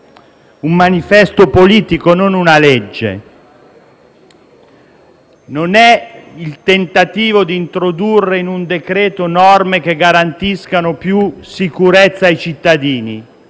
un manifesto politico e non una legge. Non è il tentativo di introdurre con un decreto-legge d'urgenza norme che garantiscano più sicurezza ai cittadini